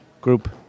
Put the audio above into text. group